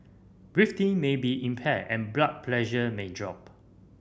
breathing may be impaired and blood pressure may drop